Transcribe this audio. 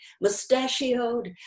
mustachioed